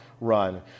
run